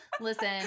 Listen